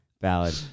Valid